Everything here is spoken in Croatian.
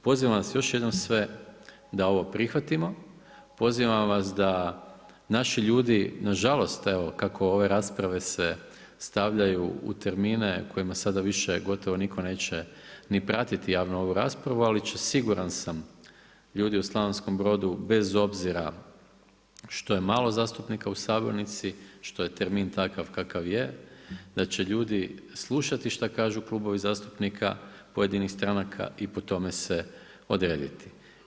Pozivam vas još je dnom sve da ovo prihvatimo, pozivam vas da naši ljudi, nažalost evo kako ove rasprave se stavljaju u termine u kojima sada više gotovo nitko neće ni pratiti javno ovu raspravu, ali će siguran sam, ljudi u Slavonskom Brodu bez obzira što je malo zastupnika u sabornici, što je termin takav kakav je, da će ljudi slušati šta kažu klubovi zastupnika pojedinih stranaka i po tome se odrediti.